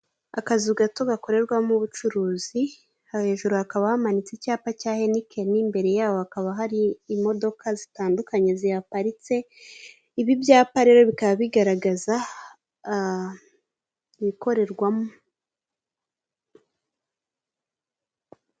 Akazu gato gakorerwamo ubucuruzi hejuru hakaba hamanitse icyapa cya henikeni, imbere yabo hakaba hari imodoka zitandukanye zihaparitse, ibi ibyapa rero bikaba bigaragaza ibikorerwamo.